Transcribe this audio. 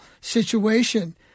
situation